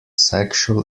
sexual